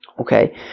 Okay